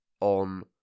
on